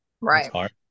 right